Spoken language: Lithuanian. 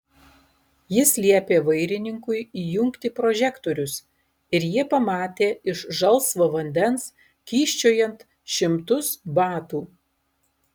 jis liepė vairininkui įjungti prožektorius ir jie pamatė iš žalsvo vandens kyščiojant šimtus batų